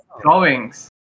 drawings